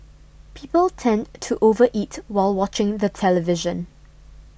people tend to over eat while watching the television